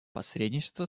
посредничество